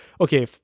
Okay